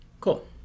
Cool